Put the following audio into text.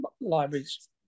libraries